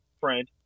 friend